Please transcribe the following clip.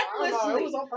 recklessly